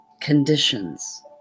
conditions